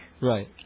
Right